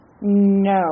no